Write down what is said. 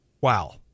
Wow